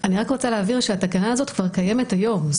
אני רק רוצה להבהיר שהתקנה הזאת כבר קיימת היום.